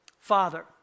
Father